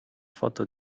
foto